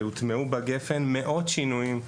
והוטמעו בגפ"ן מאות שינויים.